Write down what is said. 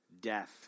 death